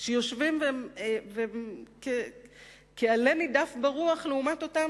שיושבים כעלה נידף ברוח לעומת אותם